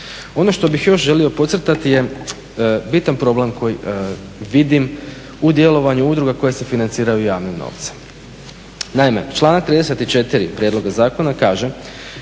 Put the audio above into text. Ono što bih još želio podcrtati je bitan problem koji vidim u djelovanju udruga koje se financiraju javnim novcem. Naime, članak 34. prijedloga zakona kaže